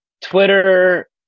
Twitter